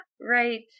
right